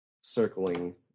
Circling